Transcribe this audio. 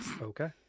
Okay